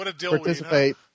participate